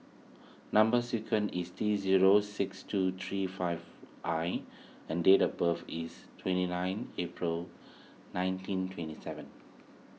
Number Sequence is T zero six two three five I and date of birth is twenty nine April nineteen twenty seven